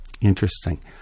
Interesting